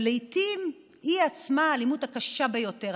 ולעיתים היא עצמה האלימות הקשה ביותר.